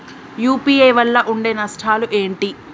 UPI వల్ల ఉండే నష్టాలు ఏంటి??